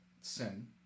sin